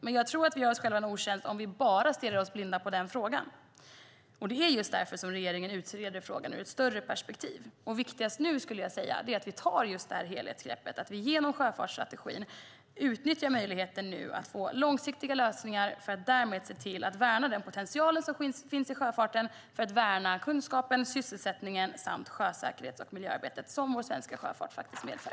Men jag tror att vi gör oss själva en otjänst om vi stirrar oss blinda på bara den frågan. Just därför utreder regeringen frågan i ett vidare perspektiv. Viktigast nu skulle jag säga är att vi tar ett helhetsgrepp, att vi genom sjöfartsstrategin utnyttjar möjligheten att få långsiktiga lösningar för att därmed se till att värna den potential som finns i sjöfarten och värna kunskapen, sysselsättningen samt sjösäkerhets och miljöarbetet som vår svenska sjöfart faktiskt medför.